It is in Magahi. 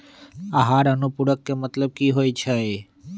आहार अनुपूरक के मतलब की होइ छई?